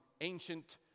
ancient